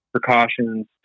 precautions